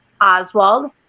Oswald